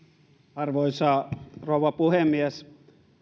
arvoisa rouva puhemies